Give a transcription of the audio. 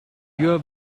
your